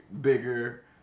bigger